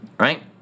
Right